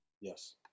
Yes